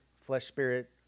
flesh-spirit